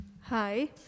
Hi